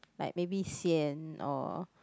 like maybe sian or